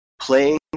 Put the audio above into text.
playing